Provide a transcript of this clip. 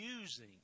using